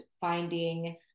finding